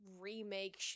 remake